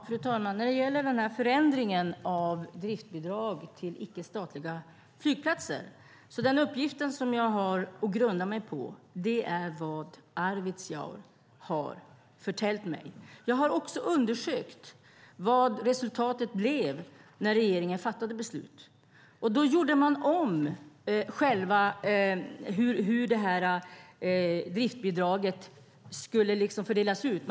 Fru talman! När det gäller förändringen av driftbidrag till icke-statliga flygplatser är den uppgift som jag har att grunda mig på vad Arvidsjaur har förtäljt mig. Jag har också undersökt vad resultatet blev när regeringen fattade beslutet. Då gjorde man om hur det här driftbidraget skulle fördelas ut.